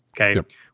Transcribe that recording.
okay